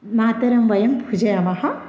मातरं वयं पूजयामः